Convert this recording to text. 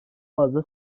fazla